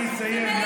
אני אסיים.